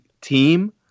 team